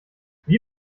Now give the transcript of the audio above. wie